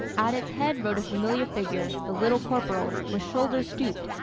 at its head rode a familiar figure, the little corporal, with shoulders stooped,